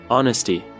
Honesty